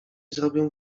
zrobią